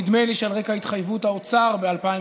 נדמה לי שעל רקע התחייבות האוצר ב-2018,